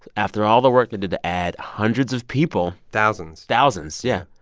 after all the work they did to add hundreds of people. thousands thousands. yeah,